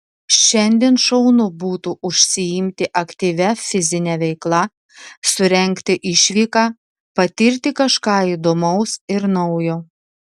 šiandien šaunu būtų užsiimti aktyvia fizine veikla surengti išvyką patirti kažką įdomaus ir naujo